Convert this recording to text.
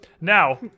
Now